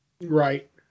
Right